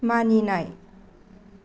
मानिनाय